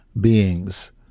beings